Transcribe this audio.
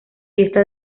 fiesta